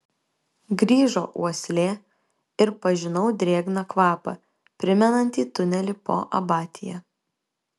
grįžo uoslė ir pažinau drėgną kvapą primenantį tunelį po abatija